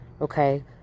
okay